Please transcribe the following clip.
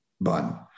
bun